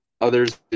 others